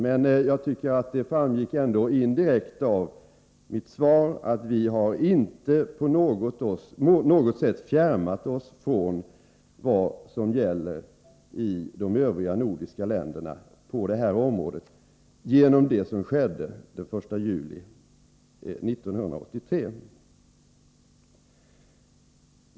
Men jag tycker att det ändå indirekt av mitt svar framgick att vi inte på något sätt genom vad som skedde den 1 juli 1983 har fjärmat oss från vad som gäller på det här området i övriga nordiska länder.